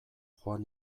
joan